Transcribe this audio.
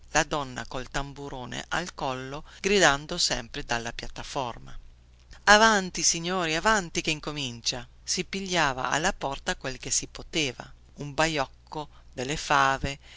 la donna col tamburone al collo gridando sempre dalla piattaforma avanti signori avanti che comincia si pigliava alla porta quel che si poteva un baiocco delle fave